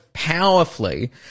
Powerfully